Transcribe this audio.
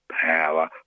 power